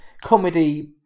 comedy